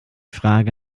frage